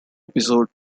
episode